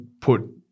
put